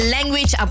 Language